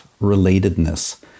relatedness